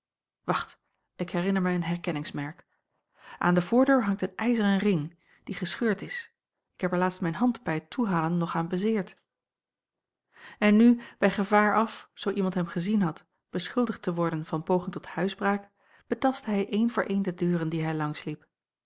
wacht ik herinner mij een herkenningsmerk aan de voordeur hangt een ijzeren ring die gescheurd is ik heb er laatst mijn hand bij t toehalen nog aan bezeerd en nu bij gevaar af zoo iemand hem gezien had beschuldigd te worden van poging tot huisbraak betastte hij een voor een de deuren die hij langs liep